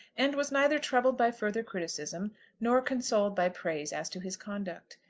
and was neither troubled by further criticism nor consoled by praise as to his conduct.